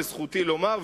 וזכותי לומר,